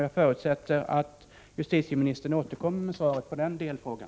Jag förutsätter att justitieministern återkommer med svar på den frågan.